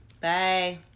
Bye